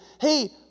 hey